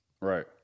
Right